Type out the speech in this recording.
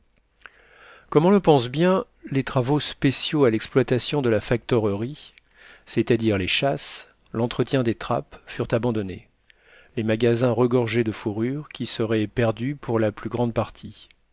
on le pense bien les travaux spéciaux à l'exploitation de la factorerie c'est-à-dire les chasses l'entretien des trappes furent abandonnés les magasins regorgeaient de fourrures qui seraient perdues pour la plus grande partie